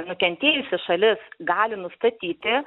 nukentėjusi šalis gali nustatyti